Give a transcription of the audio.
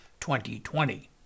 2020